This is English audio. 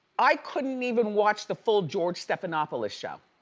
i couldn't even watch the full george stephanopoulos show.